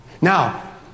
Now